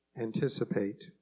anticipate